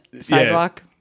sidewalk